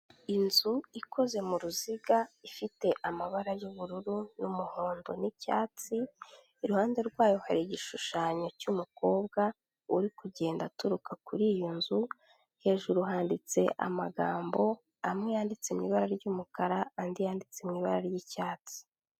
Inzu ikoze mu ruziga, ifite amabara y'ubururu n'umuhondo n'icyatsi, iruhande rwayo hari igishushanyo cy'umukobwa uri kugenda aturuka kuri iyo nzu, hejuru handitse amagambo, amwe yanditse mu ibara ry'umukara, andi yanditse mu ibara ry'icyatsi.